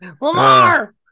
Lamar